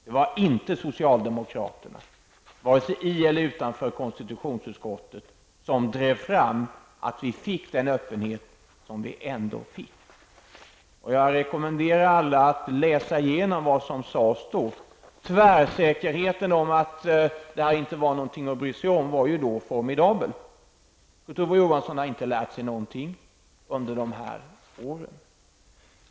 Det var inte socialdemokraterna, varken i eller utanför konstitutionsutskottet, som drev fram att vi fick den öppenhet som vi ändå fick. Jag rekommenderar alla att läsa igenom vad som sades då. Tvärsäkerheten om att där inte fanns någonting att bry sig om var ju formidabel. Kurt Ove Johansson har inte lärt sig någonting under de här åren.